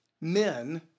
men